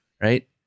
Right